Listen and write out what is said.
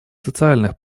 социальных